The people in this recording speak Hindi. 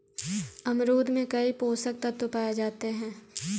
अमरूद में कई पोषक तत्व पाए जाते हैं